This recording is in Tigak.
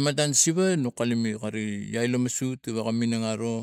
matan siva no kalume akari iai la masut i waga minang oro.